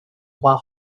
while